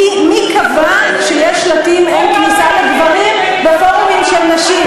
מי קבע שיש שלטים "אין כניסה לגברים" בפורומים של נשים.